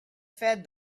fed